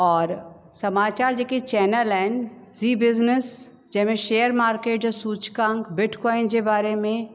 और समाचार जेके चैनल आहिनि ज़ी बिसनस जंहिंमे शेयर मार्किट जा सूचकांक बिटकॉइन जे बारे में